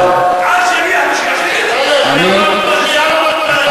עד שיגיע המשיח, יבוא המשיח נשאל אותו.